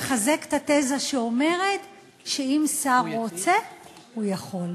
מחזק את התזה שאומרת שאם שר רוצה הוא יכול.